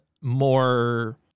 more